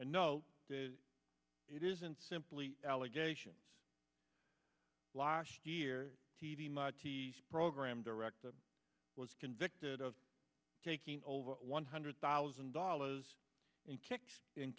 and no it isn't simply allegations last year program director was convicted of taking over one hundred thousand dollars in kicks in